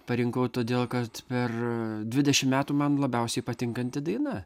parinkau todėl kad per dvidešimt metų man labiausiai patinkanti daina